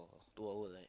two hour right